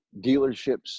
dealerships